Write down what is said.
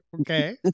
Okay